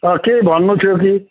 त केही भन्नु थियो कि